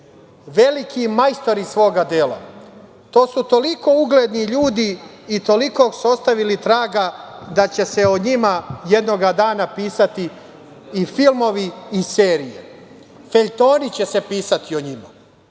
veliki majstori svoga dela. To su toliko ugledni ljudi i tolikog su ostavili traga da će se o njima jednoga dana pisati i filmovi i serije, feljtoni će se pisati o njima.